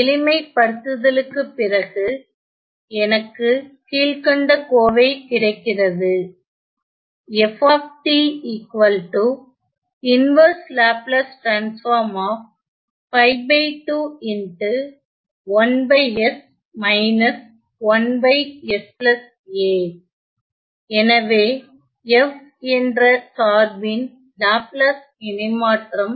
எளிமைப்படுத்தளுக்கு பிறகு எனக்கு கீழ்கண்ட கோவை கிடைக்கிறது எனவே f என்ற சார்பின் லாப்லாஸ் இணைமாற்றம்